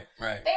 right